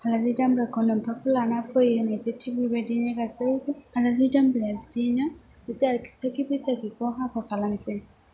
आलारि दामब्राखौ नोमफाखो लाना फै होनायसै थिक बेबायदिनो गासै आलारि दामब्राया बिदियैनो आसागि बैसागिखौ हाबा खालामनायसै